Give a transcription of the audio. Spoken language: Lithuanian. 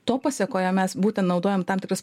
to pasekoje mes būtent naudojam tam tikras